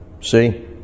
see